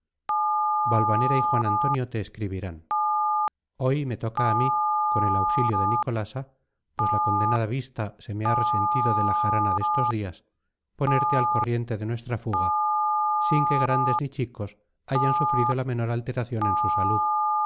valvanera y juan antonio te escribirán hoy me toca a mí con el auxilio de nicolasa pues la condenada vista se me ha resentido de la jarana de estos días ponerte al corriente de nuestra fuga sin que grandes ni chicos hayan sufrido la menor alteración en su salud